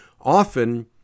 often